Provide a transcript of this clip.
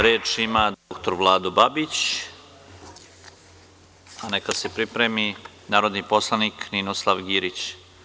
Reč ima dr Vlado Babić, a neka se pripremi narodni poslanik Ninoslav Girić.